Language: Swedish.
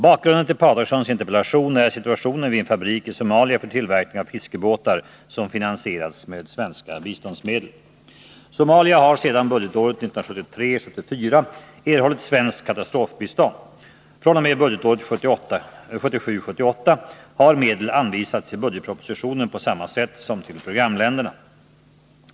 Bakgrunden till Sten Sture Patersons interpellation är situationen vid en fabrik i Somalia för tillverkning av fiskebåtar som finansierats med svenska biståndsmedel. Somalia har sedan budgetåret 1973 78 har medel anvisats i budgetpropositionen på samma sätt som till programländerna.